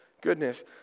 Goodness